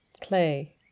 clay